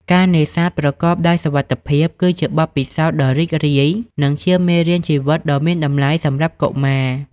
ការនេសាទប្រកបដោយសុវត្ថិភាព គឺជាបទពិសោធន៍ដ៏រីករាយ និងជាមេរៀនជីវិតដ៏មានតម្លៃសម្រាប់កុមារ។